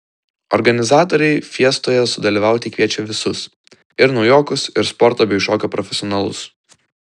organizatoriai fiestoje sudalyvauti kviečia visus ir naujokus ir sporto bei šokio profesionalus